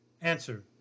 Answer